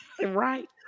Right